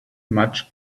much